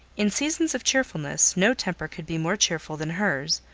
in seasons of cheerfulness, no temper could be more cheerful than hers,